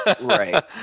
right